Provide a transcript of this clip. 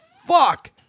fuck